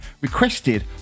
requested